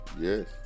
Yes